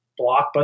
blockbuster